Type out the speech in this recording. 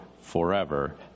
forever